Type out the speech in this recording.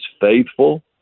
faithful